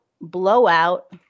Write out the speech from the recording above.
blowout